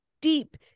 deep